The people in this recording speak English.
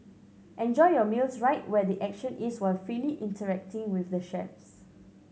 enjoy your meals right where the action is while freely interacting with the chefs